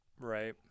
Right